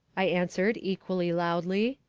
i answered equally loudly.